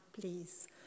please